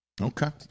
Okay